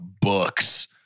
books